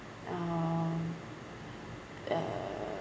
um uh